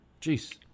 Jeez